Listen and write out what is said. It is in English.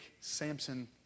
Samson